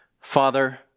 Father